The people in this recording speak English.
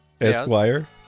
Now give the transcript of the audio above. Esquire